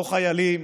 לא חיילים,